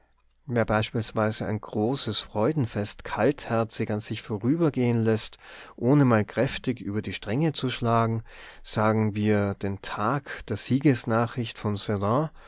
wer beispielsweise ein großes freudenfest kaltherzig an sich vorübergehen läßt ohne mal kräftig über die stränge zu schlagen sagen wir den tag der siegesnachricht von